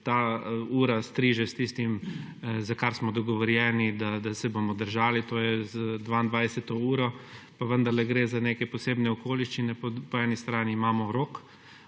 ta ura striže s tistim, za kar smo dogovorjeni, da se bomo držali, to je za 22. uro, pa vendarle gre za neke posebne okoliščine. Po eni strani imamo rok,